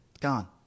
gone